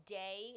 day